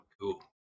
cool